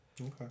Okay